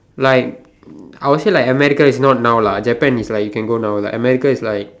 like I would say like America is not now lah Japan is like you can go now like America is like